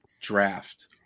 draft